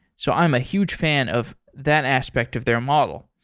so i'm a huge fan of that aspect of their model.